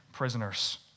prisoners